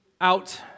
out